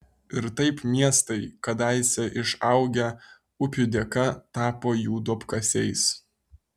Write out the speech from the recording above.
ir taip miestai kadaise išaugę upių dėka tapo jų duobkasiais